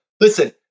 Listen